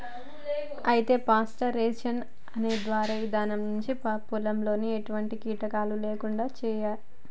అయితే పాస్టరైజేషన్ అనే ఇధానం ద్వారా పాలలో ఎటువంటి కీటకాలు లేకుండా చేయచ్చు